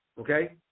Okay